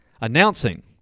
announcing